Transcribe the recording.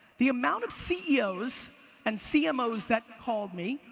the amount of ceos and cmos that called me,